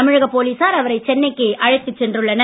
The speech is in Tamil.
தமிழக போலீசார் அவரை சென்னைக்கு அழைத்துச் சென்றுள்ளனர்